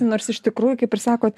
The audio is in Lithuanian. nors iš tikrųjų kaip ir sakot